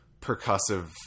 percussive